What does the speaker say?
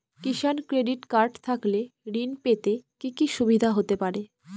কিষান credit card থাকলে ঋণ পেতে কি কি সুবিধা হতে পারে?